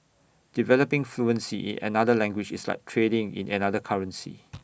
developing fluency in another language is like trading in another currency